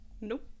Nope